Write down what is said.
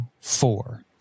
four